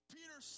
Peter